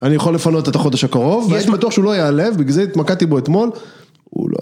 אני יכול לפנות את החודש הקרוב, והייתי בטוח שהוא לא יעלב, בגלל זה התמקדתי בו אתמול, הוא לא